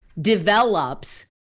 develops